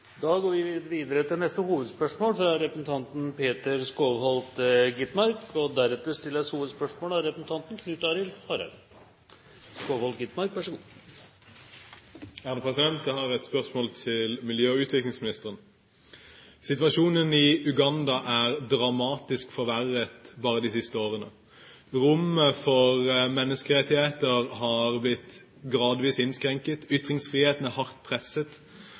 Da går vi videre til neste hovedspørsmål. Jeg har et spørsmål til miljø- og utviklingsministeren. Situasjonen i Uganda er dramatisk forverret bare de siste årene. Rommet for menneskerettigheter har blitt gradvis innskrenket, ytringsfriheten er hardt presset,